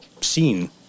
seen